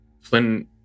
Flynn